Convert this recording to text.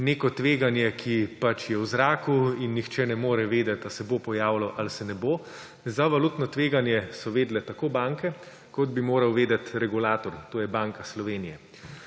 neko tveganje, ki je pač v zraku in nihče ne more vedeti, ali se bo pojavilo ali se ne bo. Za valutno tveganje so vedele tako banke kot bi moral vedeti regulator, to je Banka Slovenije.